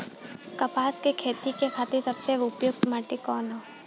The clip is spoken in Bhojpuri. कपास क खेती के खातिर सबसे उपयुक्त माटी कवन ह?